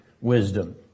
wisdom